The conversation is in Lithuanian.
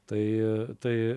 tai tai